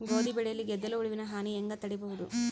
ಗೋಧಿ ಬೆಳೆಯಲ್ಲಿ ಗೆದ್ದಲು ಹುಳುವಿನ ಹಾನಿ ಹೆಂಗ ತಡೆಬಹುದು?